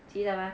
记得吗